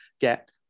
get